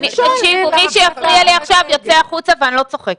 מי שיפריע לי עכשיו, יוצא החוצה, ואני לא צוחקת.